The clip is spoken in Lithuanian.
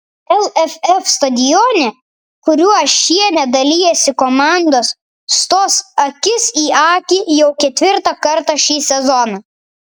lff stadione kuriuo šiemet dalijasi komandos stos akis į akį jau ketvirtą kartą šį sezoną